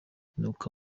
nuko